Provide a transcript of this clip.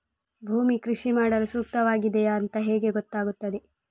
ಭೂಮಿ ಕೃಷಿ ಮಾಡಲು ಸೂಕ್ತವಾಗಿದೆಯಾ ಅಂತ ಹೇಗೆ ಗೊತ್ತಾಗುತ್ತದೆ?